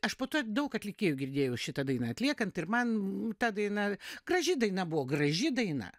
aš po to daug atlikėjų girdėjau šitą dainą atliekant ir man ta daina graži daina buvo graži daina